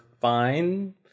fine